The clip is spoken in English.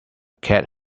cat